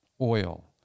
oil